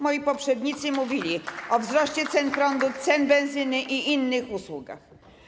Moi poprzednicy mówili o wzroście cen prądu, cen benzyny i innych usług.